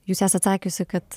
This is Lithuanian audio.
jūs esat sakiusi kad